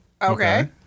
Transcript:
Okay